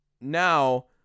now